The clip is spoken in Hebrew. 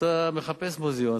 אתה מחפש מוזיאון,